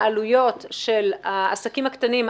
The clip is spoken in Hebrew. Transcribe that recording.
העלויות של העסקים הקטנים,